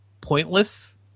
pointless